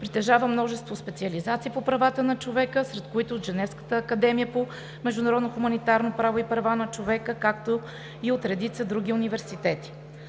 Притежава множество специализации по правата на човека, сред които от Женевската академия по международно хуманитарно право и права на човека, както и от редица други университети.